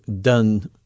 done